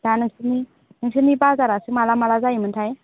दा नोंसोरनि नोंसोरनि बाजारासो माब्ला माब्ला जायोमोनथाय